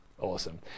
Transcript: Awesome